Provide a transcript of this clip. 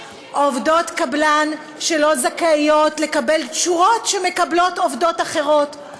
עובדות קבלן שלא זכאיות לקבל תשורות שמקבלות עובדות אחרות.